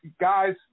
guys